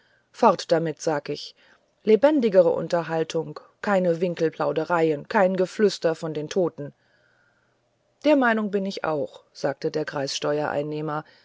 fort damit sag ich lebendigere unterhaltung keine winkelplaudereien kein geflüster von den toten der meinung bin ich auch sagte der